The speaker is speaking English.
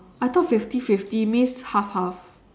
I thought fifty fifty means half half